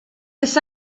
this